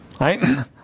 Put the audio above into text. Right